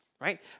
right